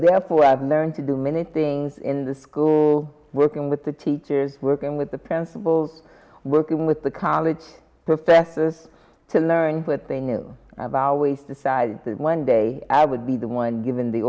therefore i've learned to do many things in the school working with the teachers working with the principals working with the college professors to learn what they knew about ways decided one day i would be the one given the